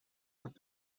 بود